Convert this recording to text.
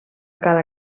cada